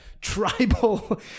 tribal